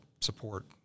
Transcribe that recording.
support